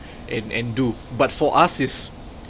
and and do but for us is